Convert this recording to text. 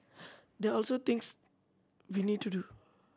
there are also things we need to do